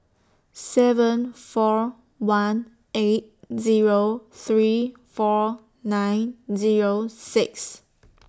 seven four one eight Zero three four nine Zero six